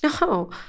no